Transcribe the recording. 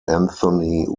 anthony